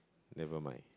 never mind